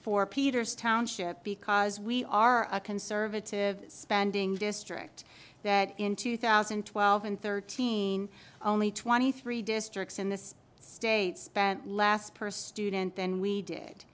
for peters township because we are a conservative spending district that in two thousand and twelve and thirteen only twenty three districts in this state spent last purse didn't than we did